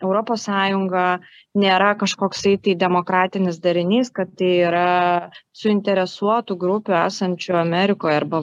europos sąjunga nėra kažkoksai tai demokratinis darinys kad tai yra suinteresuotų grupių esančių amerikoj arba